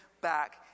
back